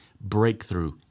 breakthrough